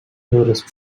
tourist